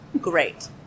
Great